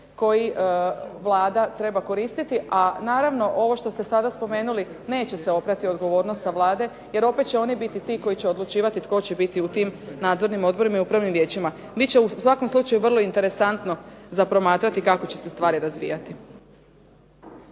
koji Vlada treba koristiti, ali naravno ovo što ste spomenuli, neće se oprati odgovornost Vlade jer opet će oni biti ti koji će odlučivati koji će biti u tim nadzornim odborima i upravnim vijećima. Biti će u svakom slučaju vrlo interesantno kako će se stvari razvijati.